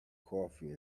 coffee